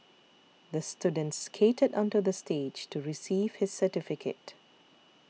the student skated onto the stage to receive his certificate